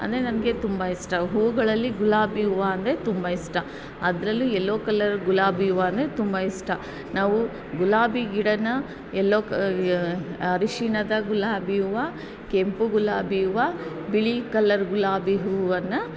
ಅಂದರೆ ನನಗೆ ತುಂಬ ಇಷ್ಟ ಹೂವುಗಳಲ್ಲಿ ಗುಲಾಬಿ ಹೂವು ಅಂದರೆ ತುಂಬ ಇಷ್ಟ ಅದರಲ್ಲೂ ಎಲ್ಲೊ ಕಲರ್ ಗುಲಾಬಿ ಹೂವು ಅಂದರೆ ತುಂಬ ಇಷ್ಟ ನಾವು ಗುಲಾಬಿ ಗಿಡನ ಎಲ್ಲೊ ಅರಿಶಿಣದ ಗುಲಾಬಿ ಹೂವು ಕೆಂಪು ಗುಲಾಬಿ ಹೂವು ಬಿಳಿ ಕಲರ್ ಗುಲಾಬಿ ಹೂವನ್ನು